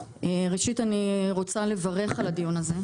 ראשית אני רוצה לברך על הדיון הזה,